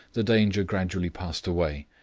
the danger gradually passed away,